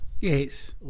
yes